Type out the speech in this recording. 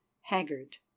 Haggard